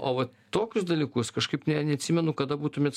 o va tokius dalykus kažkaip ne neatsimenu kada būtumėt